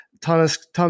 Thomas